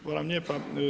Hvala lijepa.